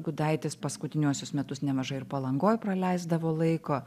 gudaitis paskutiniuosius metus nemažai ir palangoj praleisdavo laiko